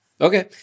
Okay